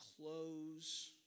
clothes